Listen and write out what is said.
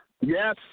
Yes